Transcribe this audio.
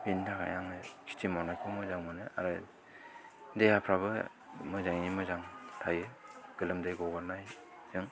बेनि थाखाय आङो खेथि मावनायखौ मोजां मोनो आरो देहाफ्राबो मोजाङै मोजां थायो गोलोमदै गगारनायजों